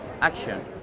Action